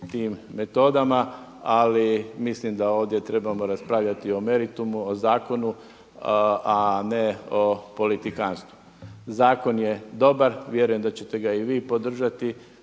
tim metodama, ali mislim da ovdje trebamo raspravljati o meritumu, o zakonu a ne o politikanstvu. Zakon je dobar, vjerujem da ćete ga i vi podržati,